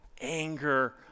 anger